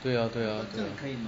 对啊对啊